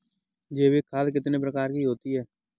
जैविक खाद कितने प्रकार की होती हैं?